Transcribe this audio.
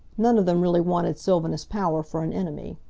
none of them really wanted sylvanus power for an enemy.